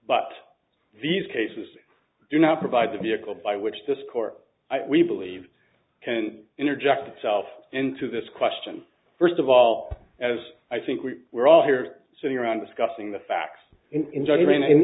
but these cases do not provide the vehicle by which this court we believe can interject itself into this question first of all as i think we were all here sitting around discussing the facts in j